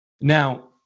Now